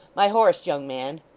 my horse, young man!